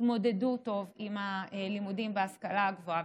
יתמודדו טוב עם הלימודים בהשכלה הגבוהה,